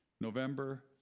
November